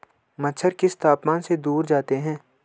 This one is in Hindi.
मच्छर किस तापमान से दूर जाते हैं?